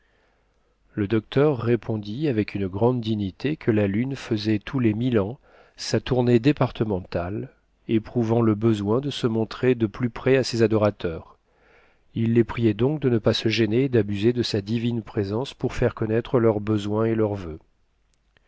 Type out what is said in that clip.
le docteur répondit avec une grande dignité que la lune faisait tous les mille ans sa tournée départementale éprouvant le besoin de se montrer de plus près à ses adorateurs il les priait donc de ne pas se gêner et d'abuser de sa divine présence pour faire connaître leurs besoins et leurs vux